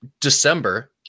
December